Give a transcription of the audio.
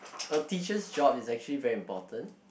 a teacher's job is actually very important